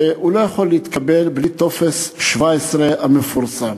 הוא לא יכול להתקבל בלי טופס 17 המפורסם.